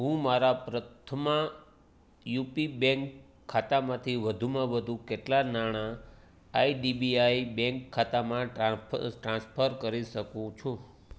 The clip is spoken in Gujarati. હું મારા પ્રથમા યુપી બેંક ખાતામાંથી વધુમાં વધુ કેટલાં નાણા આઈડીબીઆઈ બેંક ખાતામાં ટ્રાન્ફ ટ્રાન્સફર કરી શકું છું